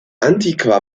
antiqua